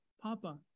Papa